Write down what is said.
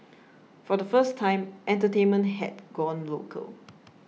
for the first time entertainment had gone local